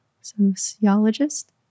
sociologist